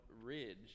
Ridge